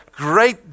Great